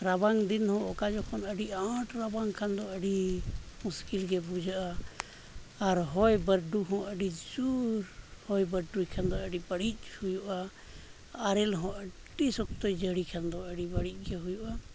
ᱨᱟᱵᱟᱝ ᱫᱤᱱ ᱦᱚᱸ ᱚᱠᱟ ᱡᱚᱠᱷᱚᱱ ᱟᱹᱰᱤ ᱟᱸᱴ ᱨᱟᱵᱟᱝ ᱠᱷᱟᱱ ᱫᱚ ᱟᱹᱰᱤ ᱢᱩᱥᱠᱤᱞ ᱜᱮ ᱵᱩᱡᱷᱟᱹᱜᱼᱟ ᱟᱨ ᱦᱚᱭ ᱵᱟᱹᱨᱰᱩ ᱦᱚᱸ ᱟᱹᱰᱤᱡᱳᱨ ᱦᱚᱭ ᱵᱟᱹᱨᱰᱩᱭ ᱠᱷᱟᱱ ᱫᱚ ᱟᱹᱰᱤ ᱵᱟᱹᱲᱤᱡᱽ ᱦᱩᱭᱩᱜᱼᱟ ᱟᱨᱮᱹᱞ ᱦᱚᱸ ᱟᱹᱰᱤ ᱥᱚᱠᱛᱚᱭ ᱡᱟᱹᱲᱤ ᱠᱷᱟᱱ ᱫᱚ ᱟᱹᱰᱤ ᱵᱟᱹᱲᱤᱡᱽ ᱜᱮ ᱦᱩᱭᱩᱜᱼᱟ